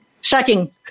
shocking